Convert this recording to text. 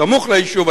סמוך ליישוב,